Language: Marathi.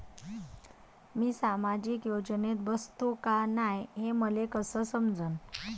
मी सामाजिक योजनेत बसतो का नाय, हे मले कस समजन?